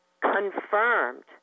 confirmed